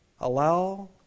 Allow